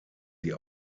sie